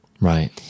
Right